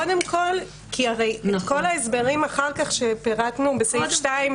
כי את כל ההסברים שפירטנו בסעיף 2,